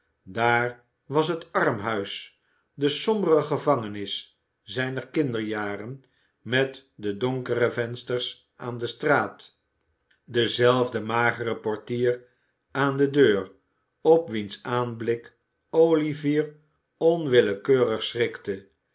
daar was het armhuis de sombere gevangenis zijner kinderjaren met de donkere vensters aan de straat dezelfde magere portier aan de deur op wiens aanblik olivier onwillekeurig schrikte